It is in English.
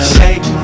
Shake